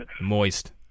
Moist